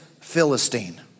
Philistine